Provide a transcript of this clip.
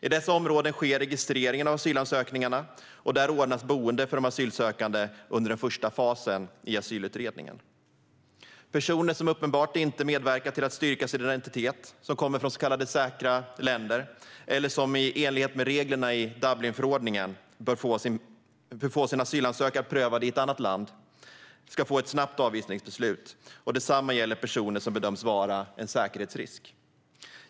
I dessa områden ska registreringen av asylansökningarna ske, och där ska boende ordnas för de asylsökande under den första fasen i asylutredningen. Personer som uppenbart inte medverkar till att styrka sin identitet, som kommer från så kallade säkra länder eller som i enlighet med reglerna i Dublinförordningen bör få sin asylansökan prövad i ett annat land ska få ett snabbt avvisningsbeslut. Detsamma gäller personer som bedöms vara en säkerhetsrisk.